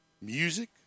music